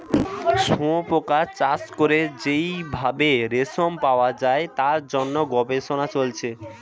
শুয়োপোকা চাষ করে যেই ভাবে রেশম পাওয়া যায় তার জন্য গবেষণা চলছে